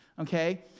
okay